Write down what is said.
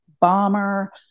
bomber